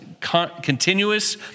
Continuous